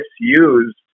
misused